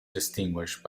distinguished